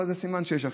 אבל זה סימן שיש אכיפה.